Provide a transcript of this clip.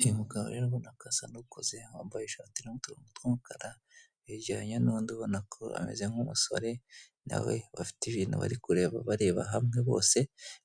Uyu mugabo rero urabona ko asa n'ukuze wambaye ishati irimo uturongo tw'umukara, yegeranye n'undi ubona ko ameze nk'umusore nawe bafite ibintu bari kureba bareba hamwe bose,